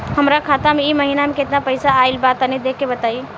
हमरा खाता मे इ महीना मे केतना पईसा आइल ब तनि देखऽ क बताईं?